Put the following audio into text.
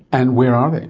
and where are they?